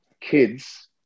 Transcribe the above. kids